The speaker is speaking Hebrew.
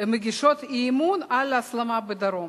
מגישות אי-אמון על "הסלמה בדרום".